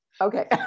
Okay